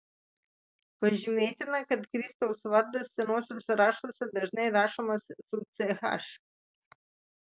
pažymėtina kad kristaus vardas senuosiuose raštuose dažnai rašomas su ch